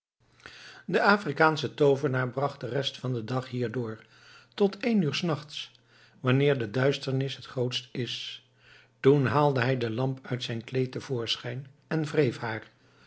de afrikaansche toovenaar bracht de rest van den dag hier door tot één uur s nachts wanneer de duisternis het grootst is toen haalde hij de lamp uit zijn kleed te voorschijn en wreef haar